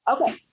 okay